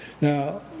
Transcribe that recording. Now